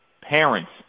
parents